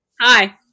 Hi